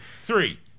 three